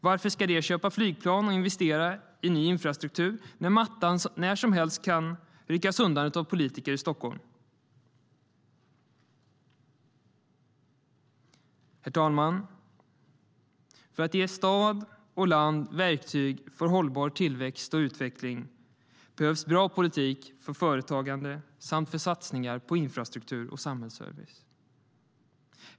Varför ska de köpa flygplan och investera i ny infrastruktur när mattan när som helst kan ryckas undan av politiker i Stockholm? Herr talman! För att ge stad och land verktyg för hållbar tillväxt och utveckling behövs bra politik för företagande samt för satsningar på infrastruktur och samhällsservice.